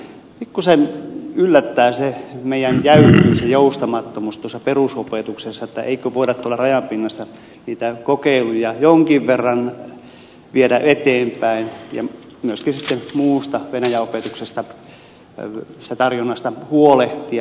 pikkuisen yllättää meidän jäykkyytemme ja joustamattomuutemme perusopetuksessa että eikö voida rajan pinnassa niitä kokeiluja jonkin verran viedä eteenpäin ja myöskin sitten muusta venäjän opetuksesta ja sen tarjonnasta huolehtia